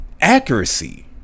accuracy